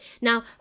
Now